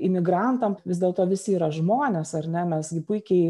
imigrantam vis dėlto visi yra žmonės ar ne mes gi puikiai